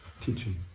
teaching